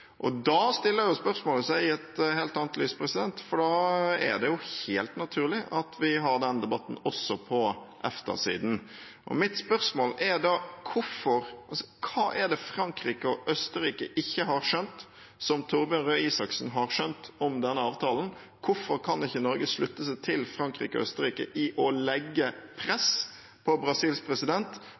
jo saken i et helt annet lys, for da er det helt naturlig at vi har den debatten også på EFTA-siden. Mitt spørsmål er da: Hva er det Frankrike og Østerrike ikke har skjønt som Torbjørn Røe Isaksen har skjønt, om denne avtalen? Hvorfor kan ikke Norge slutte seg til Frankrike og Østerrike i å legge press på Brasils president